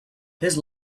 his